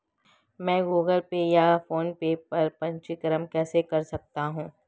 मैं Google Pay या PhonePe में पंजीकरण कैसे कर सकता हूँ?